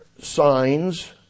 signs